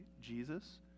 Jesus